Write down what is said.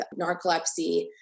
narcolepsy